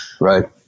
Right